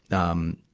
um,